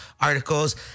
articles